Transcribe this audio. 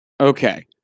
Okay